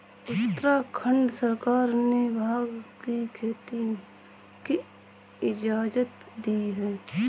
उत्तराखंड सरकार ने भाँग की खेती की इजाजत दी है